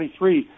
23